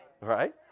right